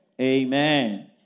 Amen